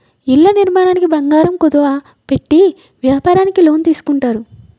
ఇళ్ల నిర్మాణానికి బంగారం కుదువ పెట్టి వ్యాపారానికి లోన్ తీసుకుంటారు